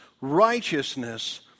righteousness